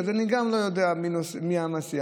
אני גם לא יודע מי המסיע.